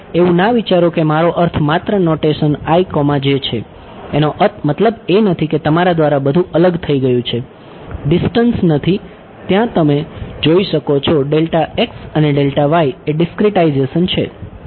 એવું ના વિચારો કે મારો અર્થ માત્ર નોટેશન છે એનો મતલબ એ નથી કે તમારા દ્વારા બધું અલગ થઈ ગયું છે ડિસ્ટન્સ નથી ત્યાં તમે જોઈ શકો છો અને એ ડિસ્ક્રીટાઈઝેશન છે